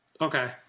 Okay